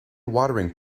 watering